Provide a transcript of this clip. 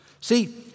See